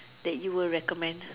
that you would recommend